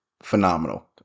phenomenal